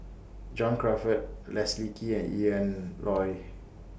John Crawfurd Leslie Kee and Ian Loy